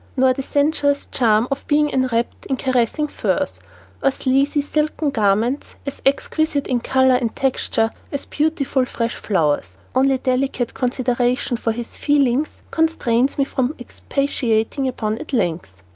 nor the sensuous charm of being enwrapped in caressing furs, or sleazy, silken garments as exquisite in color and texture as beautiful, fresh flowers, only delicate consideration for his feelings constrains me from expatiating upon at length.